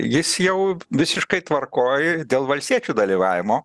jis jau visiškai tvarkoj dėl valstiečių dalyvavimo